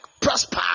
prosper